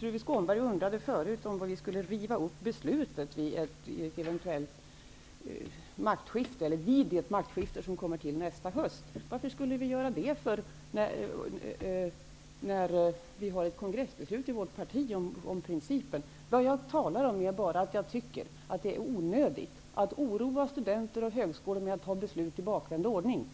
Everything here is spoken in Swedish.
Tuve Skånberg undrade tidigare om vi skulle riva upp beslutet vid ett eventuellt maktskifte -- det maktskifte som kommer att ske nästa höst. Varför skulle vi göra det? Vi har ett kongressbeslut i vårt parti om principen. Jag säger bara att jag tycker att det är onödigt att oroa studenter och högskolor med att fatta beslut i bakvänd ordning.